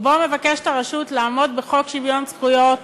ובו מבקשת הרשות לעמוד בחוק שוויון זכויות